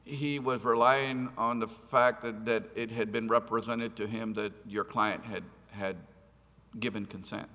her lying on the fact that it had been represented to him that your client had had given consent